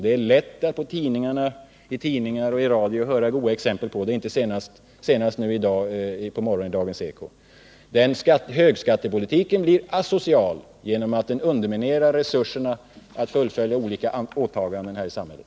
Det är lätt att i tidningar läsa och i radio höra goda exempel — senast i morse i Dagens eko — på att denna högskattepolitik blir asocial, genom att den underminerar resurserna för att fullfölja olika åtaganden här i samhället.